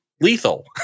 lethal